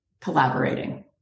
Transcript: collaborating